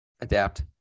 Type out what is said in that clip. Adapt